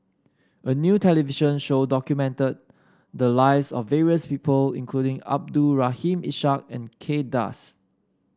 a new television show documented the lives of various people including Abdul Rahim Ishak and Kay Das